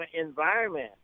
environment